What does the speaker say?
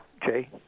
Jay